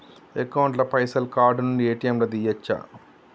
Account ల పైసల్ card నుండి ఏ.టి.ఎమ్ లా తియ్యచ్చా?